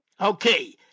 Okay